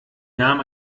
nahm